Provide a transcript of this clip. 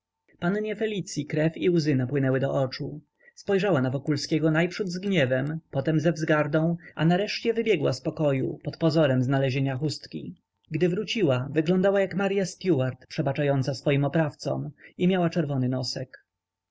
pannie felicyi krew i łzy napłynęły do oczu spojrzała na wokulskiego najprzód z gniewem potem ze wzgardą a nareszcie wybiegła z pokoju pod pozorem znalezienia chustki gdy wróciła wyglądała jak marya stuart przebaczająca swoim oprawcom i miała czerwony nosek